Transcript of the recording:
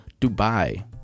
Dubai